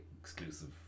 exclusive